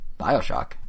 Bioshock